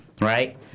Right